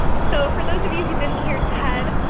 so for those of you who didn't hear ted,